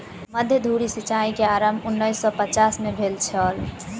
मध्य धुरी सिचाई के आरम्भ उन्नैस सौ पचास में भेल छल